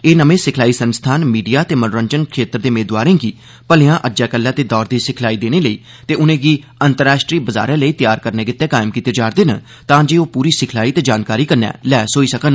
एह् नमें सिखलाई संस्थान मीडिया ते मनोरंजन क्षेत्र दे मेदवारें गी भलेयां अज्जै कल्लै दे दौर दी सिखलाई देने लेई ते उनेंगी अंतर्राष्ट्रीय बजारै लेई तैआर करने लेई कायम कीते जा'रदे तां जे ओ पूरी सिखलाई ते जानकारी कन्नै लैस होई सकन